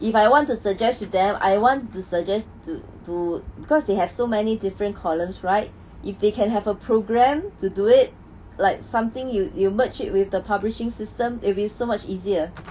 if I want to suggest to them I want to suggest to to because they have so many different columns right if they can have a program to do it like something you you merge it with the publishing system it will be so much easier